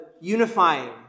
unifying